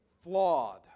flawed